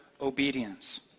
obedience